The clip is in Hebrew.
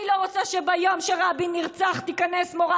אני לא רוצה שביום שרבין נרצח תיכנס מורה